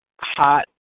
hot